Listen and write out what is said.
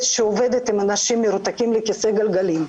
שעובדת עם אנשים שמרותקים לכיסא גלגלים,